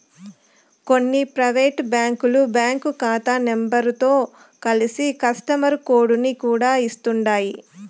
కొన్ని పైవేటు బ్యాంకులు బ్యాంకు కాతా నెంబరుతో కలిసి కస్టమరు కోడుని కూడా ఇస్తుండాయ్